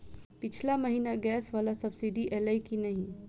पिछला महीना गैस वला सब्सिडी ऐलई की नहि?